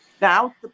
Now